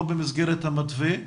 לא במסגרת המתווה,